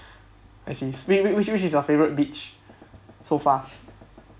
I see which which which which is your favourite beach so far